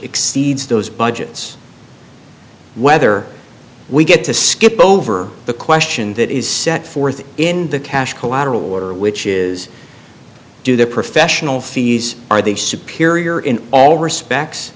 exceeds those budgets whether we get to skip over the question that is set forth in the cash collateral order which is do the professional fees are they superior in all respects